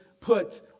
put